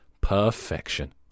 Perfection